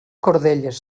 cordelles